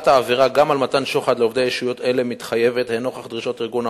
העבירה חלה על מתן שוחד לעובד ציבור של מדינה